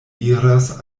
iras